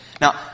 Now